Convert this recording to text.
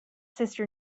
sister